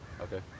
Okay